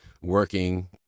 working